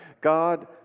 God